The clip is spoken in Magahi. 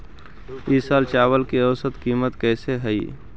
ई साल चावल के औसतन कीमत कैसे हई?